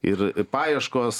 ir paieškos